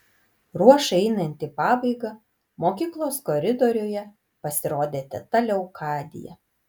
ruošai einant į pabaigą mokyklos koridoriuje pasirodė teta leokadija